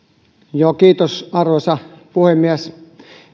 kiitos arvoisa puhemies